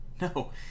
No